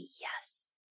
yes